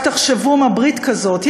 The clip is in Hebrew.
רק תחשבו מה ברית כזאת,